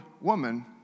woman